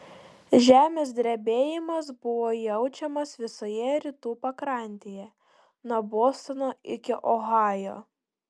žemės drebėjimas buvo jaučiamas visoje rytų pakrantėje nuo bostono iki ohajo